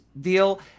deal